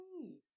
Please